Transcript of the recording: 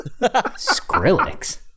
Skrillex